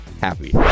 happy